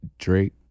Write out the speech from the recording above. Drake